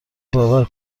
باور